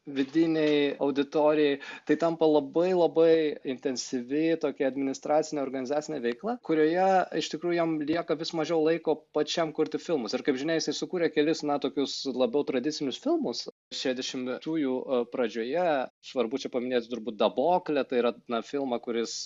vidinei auditorijai tai tampa labai labai intensyvi tokia administracinė organizacinė veikla kurioje iš tikrųjų jam lieka vis mažiau laiko pačiam kurti filmus ir kaip žinia jisai sukūrė kelis na tokius labiau tradicinius filmus šešiasdešimtųjų pradžioje svarbu čia paminėti turbūt daboklę tai yra na filmą kuris